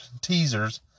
teasers